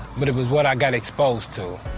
but it was what i got exposed to.